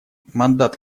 мандат